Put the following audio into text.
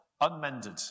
unmended